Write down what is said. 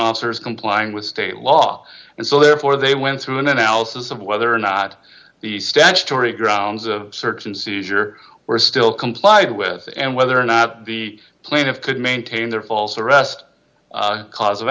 officer is complying with state law and so therefore they went through an analysis of whether or not the statutory grounds of search and seizure were still complied with and whether or not the plaintiff could maintain their false arrest cause of